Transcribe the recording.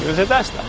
the best